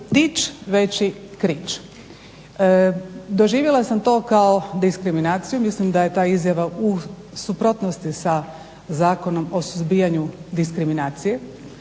tič veći krič". Doživjela sam to kao diskriminaciju. Mislim da je ta izjava u suprotnosti sa Zakonom o suzbijanju diskriminacije